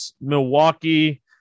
Milwaukee